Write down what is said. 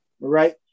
Right